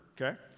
okay